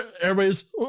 everybody's